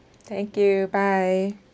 thank you bye